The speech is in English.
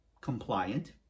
compliant